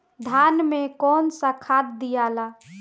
धान मे कौन सा खाद दियाला?